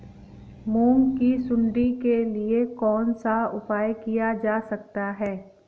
मूंग की सुंडी के लिए कौन सा उपाय किया जा सकता है?